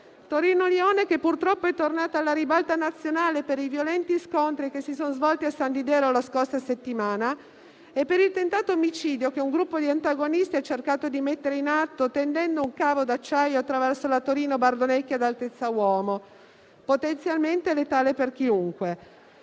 Torino-Lione, che purtroppo è tornata alla ribalta nazionale per i violenti scontri che si sono svolti a San Didero la scorsa settimana e per il tentato omicidio che un gruppo di antagonisti ha cercato di mettere in atto, tendendo ad altezza uomo un cavo d'acciaio attraverso la Torino-Bardonecchia, potenzialmente letale per chiunque.